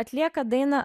atlieka dainą